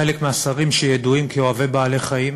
חלק מהשרים שידועים כאוהבי בעלי-חיים